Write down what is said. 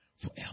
forever